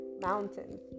mountains